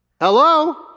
Hello